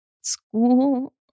school